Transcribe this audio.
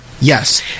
Yes